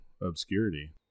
obscurity